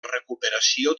recuperació